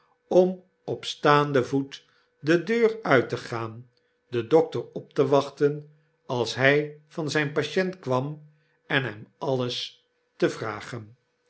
om op staanden voet de deur uit te gaan den dokter optewachten als hij van zijn patient kwam en hem alles te vragen